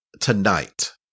tonight